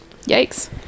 yikes